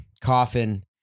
coffin